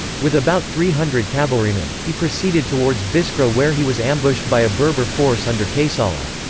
with about three hundred cavalrymen, he proceeded towards biskra where he was ambushed by a berber force under kaisala.